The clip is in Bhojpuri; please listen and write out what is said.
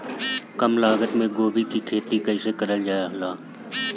कम लागत मे गोभी की खेती कइसे कइल जाला?